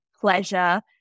pleasure